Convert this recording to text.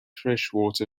freshwater